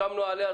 סיכמנו,